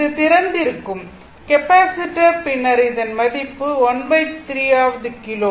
இது திறந்திருக்கும் கெப்பாசிட்டர் பின்னர் இதன் மதிப்பு 13 வது கிலோ